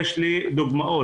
יש לי דוגמאות.